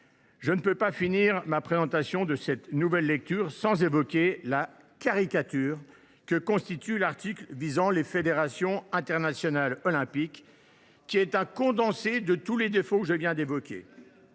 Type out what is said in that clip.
Je ne saurais finir ma présentation de cette nouvelle lecture sans évoquer la caricature que constitue l’article visant les fédérations internationales olympiques, qui est un condensé de tous les défauts que je viens d’évoquer.